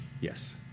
yes